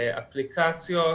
אפליקציות,